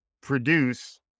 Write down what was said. produce